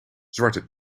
zwarte